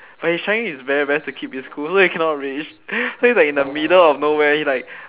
but he's trying his very very best to keep his cool so he cannot rage then he's like in the middle of nowhere he's like